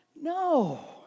No